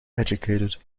educated